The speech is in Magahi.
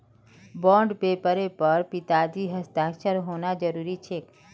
बॉन्ड पेपरेर पर पिताजीर हस्ताक्षर होना जरूरी छेक